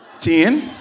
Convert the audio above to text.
Ten